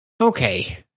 Okay